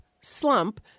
slump